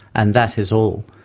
and that is all.